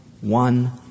one